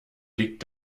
liegt